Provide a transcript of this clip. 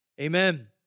amen